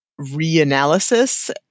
reanalysis